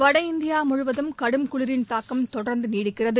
வட இந்தியாமுழுவதும் கடும் குளிரின் தாக்கம் தொடர்ந்துநீடிக்கிறது